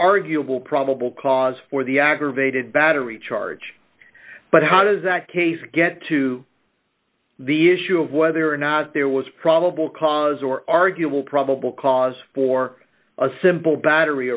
arguable probable cause for the aggravated battery charge but how does that case get to the issue of whether or not there was probable cause or arguable probable cause for a simple battery